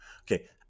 Okay